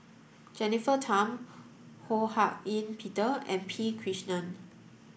Jennifer Tham Ho Hak Ean Peter and P Krishnan